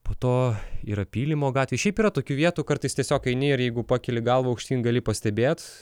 po to yra pylimo gatvėj šiaip yra tokių vietų kartais tiesiog eini ir jeigu pakeli galvą aukštyn gali pastebėt